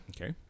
Okay